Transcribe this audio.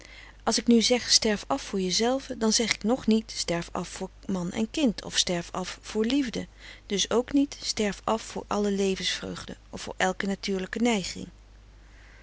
als ik nu zeg sterf af voor jezelve dan zeg ik nog niet sterf af voor man en kind of sterf af voor liefde dus ook niet sterf af voor alle levensvreugde of voor elke natuurlijke neiging